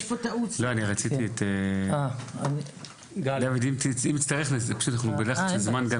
יש פה טעות ואנחנו פשוט בלחץ של זמן.